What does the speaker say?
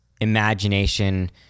imagination